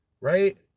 right